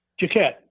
Jaquette